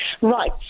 Right